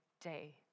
day